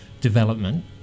development